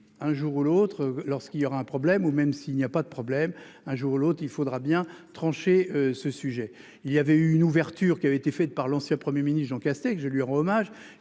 un jour ou l'autre. Lorsqu'il y aura un problème ou même s'il n'y a pas de problème. Un jour ou l'autre il faudra bien trancher ce sujet, il y avait eu une ouverture qui avait été fait par l'ancien 1er minis Jean Castex je lui rends hommage